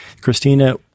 Christina